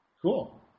Cool